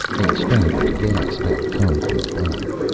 a strangled gasp had come from above.